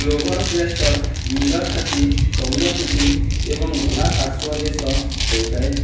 ପ୍ଲୋଭରକ୍ରେଷ୍ଟର୍ ନୀଳ ଛାତି ସବୁଜ ପିଠି ଏବଂ ଧଳା ପାର୍ଶ୍ୱଦେଶ ରହିଥାଏ